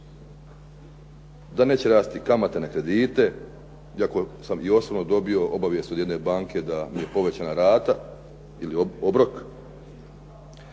da neće rasti kamata na kredite, iako sam i osobno dobio obavijest od jedne banke da mi je povećana rata ili obrok.